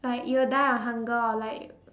like you'll die of hunger or like